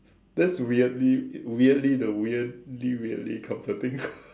that's weirdly weirdly the weirdly weirdly comforting